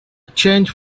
change